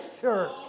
church